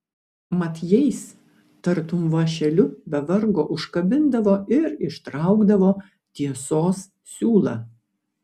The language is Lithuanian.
mat jais tartum vąšeliu be vargo užkabindavo ir ištraukdavo tiesos siūlą